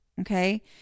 Okay